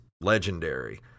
legendary